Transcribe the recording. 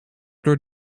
door